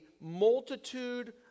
multitude